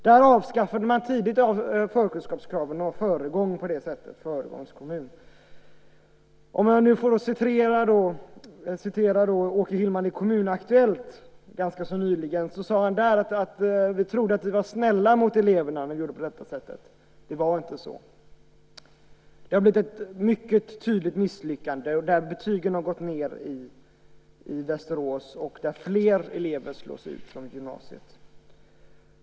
Där avskaffade man tidigt förkunskapskraven och var en föregångskommun på det sättet. Åke Hillman sade i Kommun-Aktuellt ganska nyligen att de trodde att de var snälla mot eleverna när de gjorde på detta sätt. Men det var inte så. Det har blivit ett mycket tydligt misslyckande. Betygen har gått ned i Västerås, och fler elever slås ut från gymnasiet.